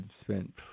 spent